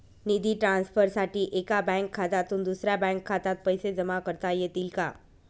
निधी ट्रान्सफरसाठी एका बँक खात्यातून दुसऱ्या बँक खात्यात पैसे जमा करता येतील का?